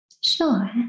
Sure